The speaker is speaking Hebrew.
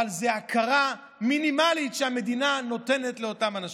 אבל זאת הכרה מינימלית שהמדינה נותנת לאותם אנשים.